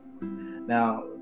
Now